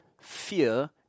fear